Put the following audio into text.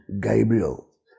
Gabriel